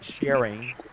sharing